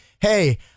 hey